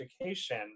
education